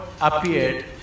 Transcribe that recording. appeared